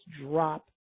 drop